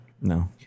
no